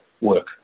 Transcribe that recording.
work